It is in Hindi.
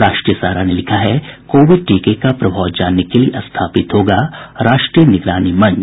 राष्ट्रीय सहारा ने लिखा है कोविड टीके का प्रभाव जानने के लिए स्थापित होगा राष्ट्रीय निगरानी मंच